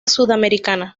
sudamericana